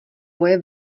boje